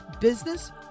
business